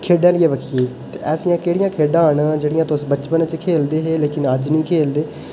खेढें आह्ली बक्खियै ई ते ऐसियां केह्ड़ियां खेढां न जेह्कियां तुस बचपन च खेढदे हे लेकिन अज्ज निं खेढदे